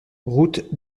route